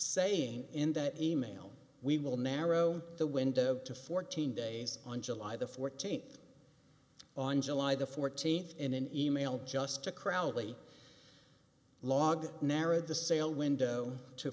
saying in that e mail we will narrow the window to fourteen days on july the fourteenth on july the fourteenth in an email just to crowley log narrowed the sale window to